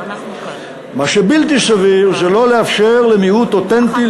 מה שבלתי סביר זה לא לאפשר למיעוט אותנטי,